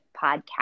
Podcast